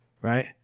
right